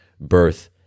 birth